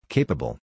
Capable